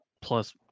plus